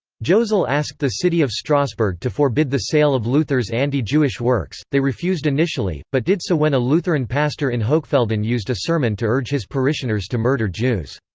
josel asked the city of strasbourg to forbid the sale of luther's anti-jewish works they refused initially, but did so when a lutheran pastor in hochfelden used a sermon to urge his parishioners to murder jews.